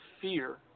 fear